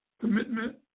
Commitment